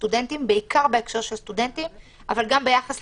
בעיקר בהקשר של סטודנטים אבל גם במשרות תחיליות.